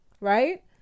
right